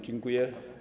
Dziękuję.